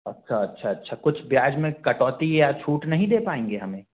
अच्छा अच्छा अच्छा कुछ ब्याज में कटौती या छूट नहीं दे पाएँगे हमें